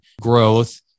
growth